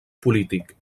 polític